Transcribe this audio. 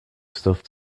stuff